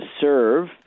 serve